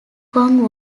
kong